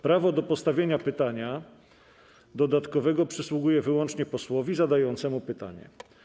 Prawo do postawienia pytania dodatkowego przysługuje wyłącznie posłowi zadającemu pytanie.